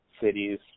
cities